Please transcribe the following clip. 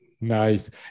Nice